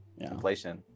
Inflation